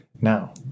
Now